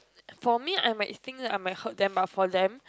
for me I might think that I might hurt them but for them